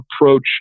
approach